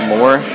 More